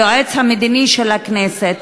היועץ המדיני של הכנסת.